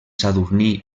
sadurní